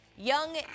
Young